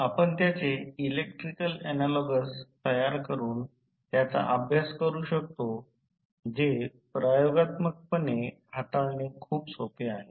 आपण त्याचे electrical analogues तयार करून त्याचा अभ्यास करू शकतो जे प्रयोगात्मकपणे हाताळणे खूप सोपे आहे